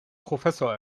professor